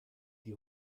die